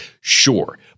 Sure